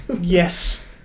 yes